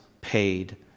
paid